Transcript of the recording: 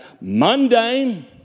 mundane